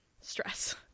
stress